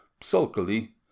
sulkily